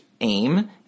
aim